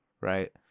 Right